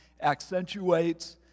accentuates